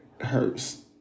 hurts